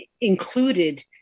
included